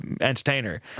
entertainer